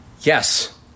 Yes